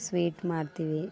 sweet ಮಾಡ್ತೀವಿ